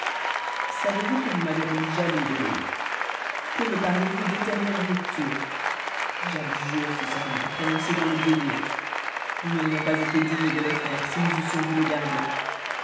savez-vous que vous m'avez rendu jaloux de lui que me parlez-vous d'éternelle rupture j'abjure ce serment prononcé dans le délire nous n'aurions pas été dignes de le faire si nous eussions dû le garder